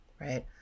right